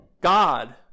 God